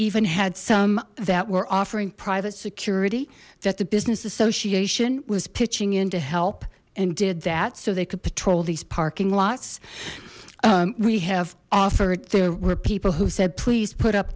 even had some that were offering private security that the business association was pitching in to help and did that so they could patrol these parking lots we have offered there were people who said please put up